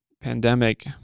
pandemic